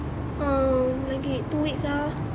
um lagi two weeks ah